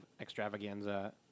extravaganza